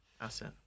asset